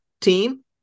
team